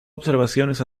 observaciones